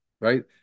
right